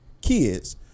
kids